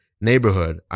neighborhood